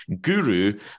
guru